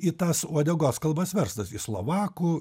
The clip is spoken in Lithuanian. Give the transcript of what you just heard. į tas uodegos kalbas verstas į slovakų